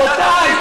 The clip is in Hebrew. פתאום,